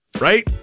Right